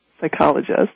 psychologist